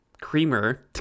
creamer